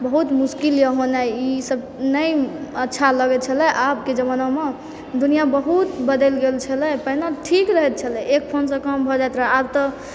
बहुत मुश्किलए होनाइ ईसभ नहि अच्छा लगैत छलय आबके जमानामे दुनिया बहुत बदलि गेल छलय पहिने ठीक रहैत छलय एक फोनसँ काम भऽ जाइत रहय आब तऽ